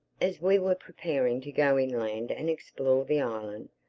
as we were preparing to go inland and explore the island,